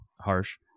Harsh